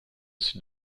sud